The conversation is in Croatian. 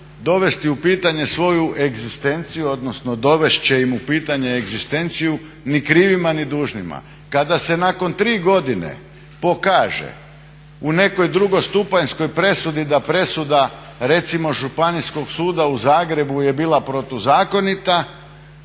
dovesti u pitanje svoju egzistenciju, odnosno dovesti će im u pitanje egzistenciju ni krivima ni dužnima. Kada se nakon 3 godine pokaže u nekoj drugostupanjskoj presudi da presuda recimo Županijskog suda u Zagrebu je bila protuzakonita